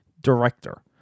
director